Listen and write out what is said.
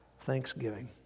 Thanksgiving